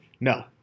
No